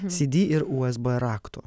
cd ir usb rakto